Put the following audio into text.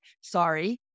Sorry